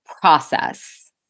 process